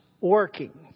working